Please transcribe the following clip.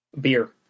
beer